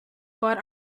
but